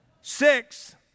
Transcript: Six